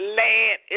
land